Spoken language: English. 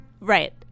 right